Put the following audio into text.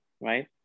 right